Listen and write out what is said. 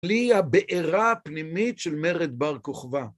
בלי הבעירה הפנימית של מרד בר כוכבא.